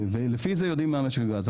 ולפי זה יודעים מה משק הגז.